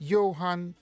Johan